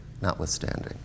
notwithstanding